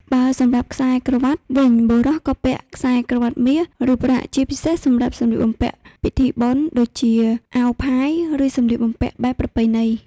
បើសម្រាប់ខ្សែក្រវាត់វិញបុរសក៏ពាក់ ខ្សែក្រវាត់មាស ឬប្រាក់ ជាពិសេសសម្រាប់ សម្លៀកបំពាក់ពិធីបុណ្យ ដូចជាអាវផាយ ឬសម្លៀកបំពាក់បែបប្រពៃណី។